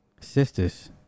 Sisters